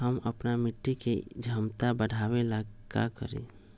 हम अपना मिट्टी के झमता बढ़ाबे ला का करी?